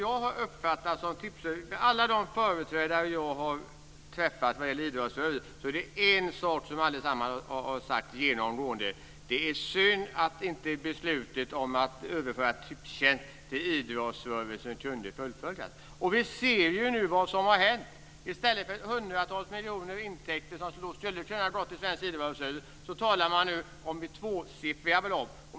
Fru talman! Alla de företrädare för idrottsrörelsen som jag har träffat har sagt en sak genomgående, nämligen att det är synd att inte beslutet om överföra Tipstjänst till idrottsrörelsen kunde fullföljas. Vi ser ju nu vad som har hänt. I stället för hundratals miljoner i intäkter som skulle ha kunnat gå till svensk idrottsrörelse talar man nu om tvåsiffriga belopp.